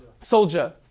Soldier